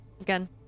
Again